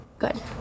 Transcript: Good